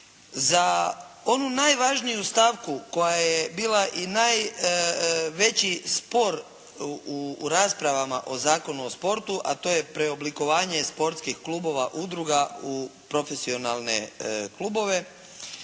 Za onu najvažniju stavku koja je bila i najveći spor u raspravama o Zakonu o sportu, a to je preoblikovanje sportskih klubova, udruga u profesionalne klubove,